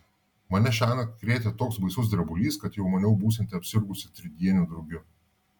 mane šiąnakt krėtė toks baisus drebulys kad jau maniau būsianti apsirgusi tridieniu drugiu